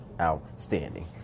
outstanding